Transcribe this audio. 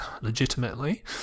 legitimately